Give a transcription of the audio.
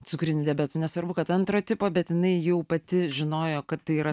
cukriniu diabetu nesvarbu kad antro tipo bet jinai jau pati žinojo kad tai yra